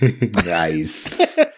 nice